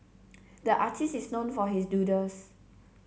the artist is known for his doodles